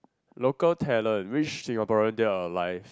local talent which Singaporean dead or alive